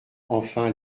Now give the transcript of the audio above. enfin